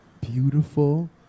beautiful